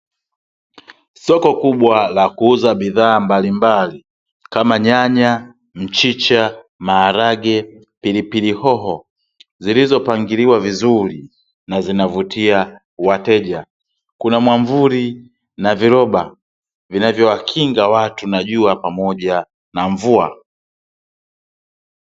Soko kubwa la kuuza bidhaa mbalimbali kama nyanya, mchicha, maharage, pilipili hoho, zilizopangiliwa vizuri na zinavutia wateja. Kuna mwamvuli na viroba vinavyowakinga watu na jua pamoja na mvua.